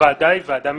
הוועדה היא ועדה מקצועית.